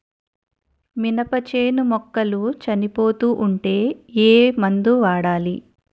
మినప చేను మొక్కలు చనిపోతూ ఉంటే ఏమందు వాడాలి?